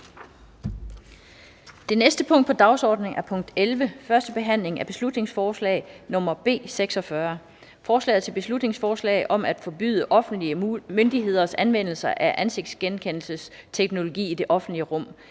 Det næste punkt på dagsordenen er: 11) 1. behandling af beslutningsforslag nr. B 46: Forslag til folketingsbeslutning om at forbyde offentlige myndigheders anvendelse af ansigtsgenkendelsesteknologi i det offentlige rum.